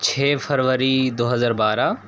چھ فروری دو ہزار بارہ